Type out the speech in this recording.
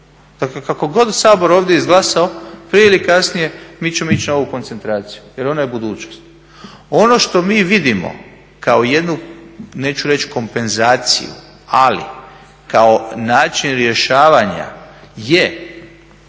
Dakle, kako god Sabor ovdje izglasao prije ili kasnije mi ćemo ići na ovu koncentraciju jer ona je budućnost. Ono što mi vidimo kao jednu neću reći kompenzaciju ali kao način rješavanja je